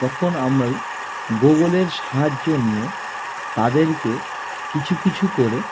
তখন আমি গুগলের সাহায্য নিয়ে তাদেরকে কিছু কিছু করে